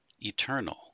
eternal